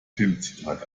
filmzitat